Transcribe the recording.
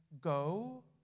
go